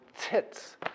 tits